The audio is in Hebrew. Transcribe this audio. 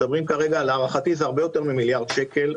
להערכתי זה הרבה יותר ממיליארד שקל.